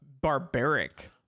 barbaric